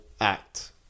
act